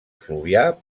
fluvià